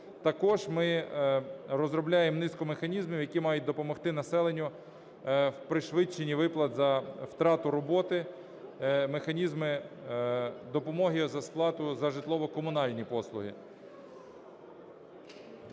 Також ми розробляємо низку механізмів, які мають допомогти населенню в пришвидшенні виплат за втрату роботи, механізми допомоги за сплату за житлово-комунальні послуги.